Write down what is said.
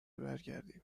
برگردیم